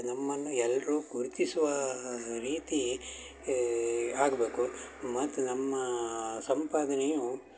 ನಮ್ಮನ್ನು ಎಲ್ಲರೂ ಗುರುತಿಸುವಾ ರೀತಿ ಆಗಬೇಕು ಮತ್ತು ನಮ್ಮ ಸಂಪಾದನೆಯು